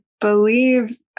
believe